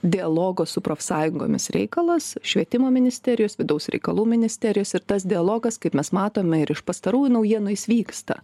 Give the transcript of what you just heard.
dialogo su profsąjungomis reikalas švietimo ministerijos vidaus reikalų ministerijos ir tas dialogas kaip mes matome ir iš pastarųjų naujienų jis vyksta